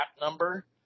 number